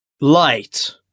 light